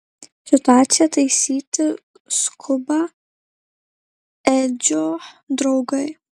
situaciją taisyti skuba edžio draugai